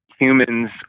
Humans